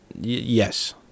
Yes